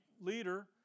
leader